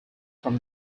from